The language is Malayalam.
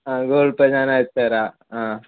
ആ ഗൂഗിൾ പേ ഞാനയച്ചുതരാം ആ